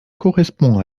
correspond